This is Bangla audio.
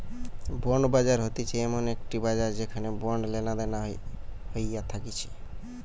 বন্ড বাজার হতিছে এমন একটি বাজার যেখানে বন্ড লেনাদেনা হইয়া থাকতিছে